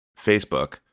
Facebook